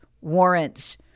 warrants